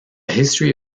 history